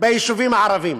ביישובים הערביים.